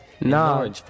No